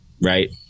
right